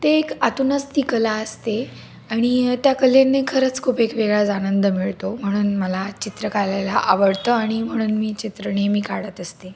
ते एक आतूनच ती कला असते आणि त्या कलेंनी खरंच खूप एक वेगळाच आनंद मिळतो म्हणून मला चित्र काढायला आवडतं आणि म्हणून मी चित्र नेहमी काढत असते